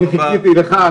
אני חיכיתי לך.